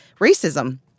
racism